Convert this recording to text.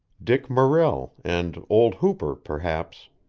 dick morrell and old hooper, perhaps.